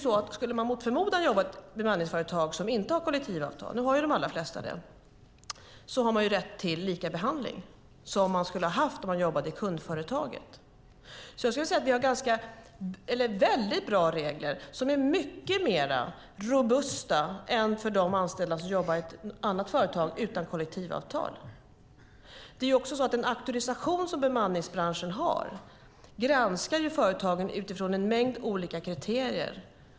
Skulle man mot förmodan jobba i ett bemanningsföretag som inte har kollektivavtal - nu har de allra flesta det - har man rätt till samma behandling som den man skulle ha fått om man jobbar i kundföretaget. Det finns bra regler som är mer robusta än för de anställda som arbetar i ett annat företag utan kollektivavtal. Den auktorisation som bemanningsbranschen har innebär att företagen granskas utifrån en mängd olika kriterier.